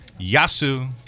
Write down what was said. Yasu